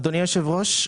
אדוני היושב ראש,